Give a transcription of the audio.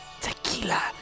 Tequila